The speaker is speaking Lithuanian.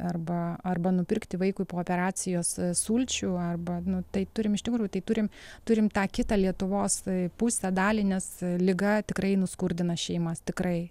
arba arba nupirkti vaikui po operacijos sulčių arba nu tai turim iš tikrųjų tai turim turim tą kitą lietuvos pusę dalį nes liga tikrai nuskurdina šeimas tikrai